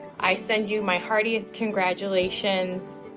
i send you my heartiest congratulations.